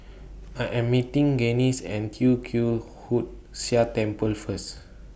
I Am meeting Gaines At Tee Kwee Hood Sia Temple First